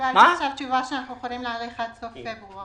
קיבלנו תשובה שאנחנו יכולים להאריך עד סוף פברואר,